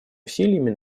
усилиями